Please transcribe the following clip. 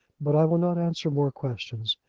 but i will not answer more questions.